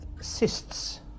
cysts